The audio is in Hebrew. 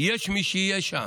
יש מי שיהיה שם,